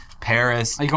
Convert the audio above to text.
Paris